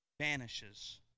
vanishes